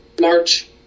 March